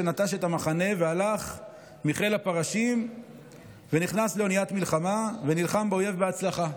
נטש את המחנה והלך מחיל הפרשים ונכנס לאוניית מלחמה ונלחם באויב בהצלחה,